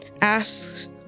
asks